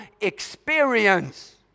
experience